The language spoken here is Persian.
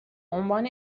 عنوان